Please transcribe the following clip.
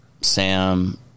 Sam